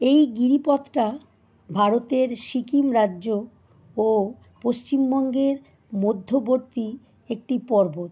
এই গিরিপথটা ভারতের সিকিম রাজ্য ও পশ্চিমবঙ্গের মধ্যবর্তী একটি পর্বত